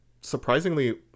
surprisingly